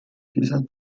dieser